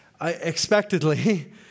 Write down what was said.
expectedly